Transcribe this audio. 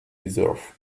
deserve